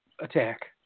attack